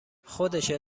خودشه